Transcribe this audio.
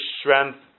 strength